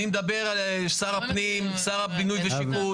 אני מדבר על שר הפנים, על שר הבינוי והשיכון.